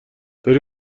داری